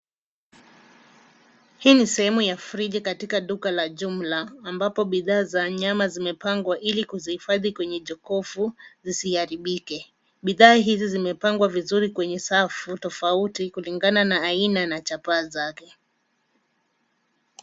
Hii ni sehemu ya friji katika duka ya jumla ambapo bidhaa za nyama zimepangwa ili kuhifadhi kwenye jokofu zisiharibike. Bidhaa hizi zimepangwa vizuri kwenye rafu kulingana na aina na chapaa zake.